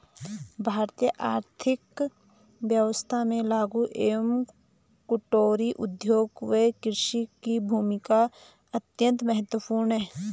भारतीय आर्थिक व्यवस्था में लघु एवं कुटीर उद्योग व कृषि की भूमिका अत्यंत महत्वपूर्ण है